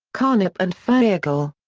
carnap and feigl.